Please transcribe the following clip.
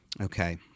Okay